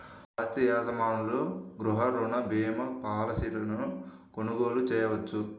ఆస్తి యజమానులు గృహ రుణ భీమా పాలసీలను కొనుగోలు చేయవచ్చు